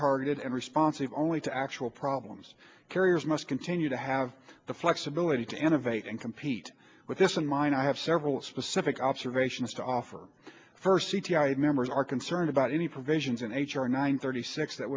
targeted and responsive only to actual problems carriers must continue to have the flexibility to innovate and compete with this in mind i have several specific observations to offer first c g i members are concerned about any provisions in h r nine thirty six that